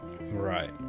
Right